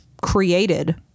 created